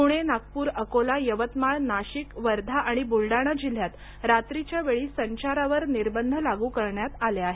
पुणे नागपूर अकोला यवतमाळ नाशिक वर्धा आणि बुलडाणा जिल्ह्यात रात्रीच्या वेळी संचारावर निर्बंध लागू करण्यात आले आहेत